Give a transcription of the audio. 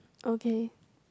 okay